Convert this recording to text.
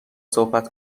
صحبت